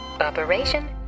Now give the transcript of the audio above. Operation